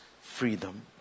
freedom